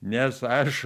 nes aš